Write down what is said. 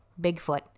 Bigfoot